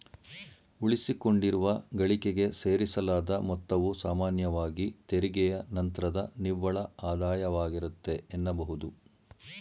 ಉಳಿಸಿಕೊಂಡಿರುವ ಗಳಿಕೆಗೆ ಸೇರಿಸಲಾದ ಮೊತ್ತವು ಸಾಮಾನ್ಯವಾಗಿ ತೆರಿಗೆಯ ನಂತ್ರದ ನಿವ್ವಳ ಆದಾಯವಾಗಿರುತ್ತೆ ಎನ್ನಬಹುದು